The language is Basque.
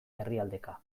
herrialdeka